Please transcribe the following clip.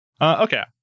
Okay